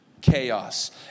chaos